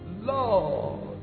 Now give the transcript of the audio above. Lord